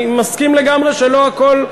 אני מסכים לגמרי שלא הכול,